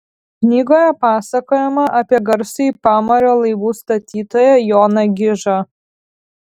knygoje pasakojama apie garsųjį pamario laivų statytoją joną gižą